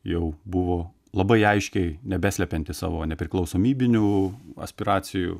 jau buvo labai aiškiai nebeslepiantys savo nepriklausomybinių aspiracijų